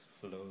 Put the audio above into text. flow